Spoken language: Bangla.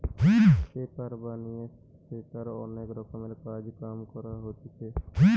পেপার বানিয়ে সেটার অনেক রকমের কাজ কাম করা হতিছে